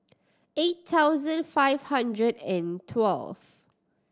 eight thousand five hundred and twelve